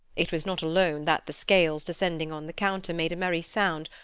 it was not alone that the scales descending on the counter made a merry sound,